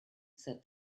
said